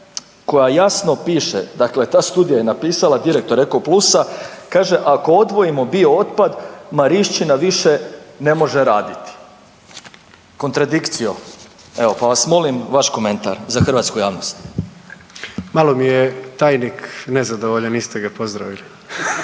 koja jasno piše, dakle ta studija je napisala, direktor EKOPLUS-a, kaže ako odvojimo bio otpad Marišćina više ne može raditi. Kontradikcijo evo, pa vas molim vaš komentar za hrvatsku javnost. **Jandroković, Gordan (HDZ)** Malo mi je tajnik nezadovoljan, niste ga pozdravili.